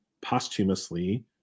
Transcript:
posthumously